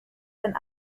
and